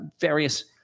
various